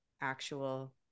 actual